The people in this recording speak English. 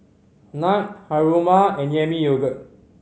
Knight Haruma and Yami Yogurt